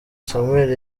samuel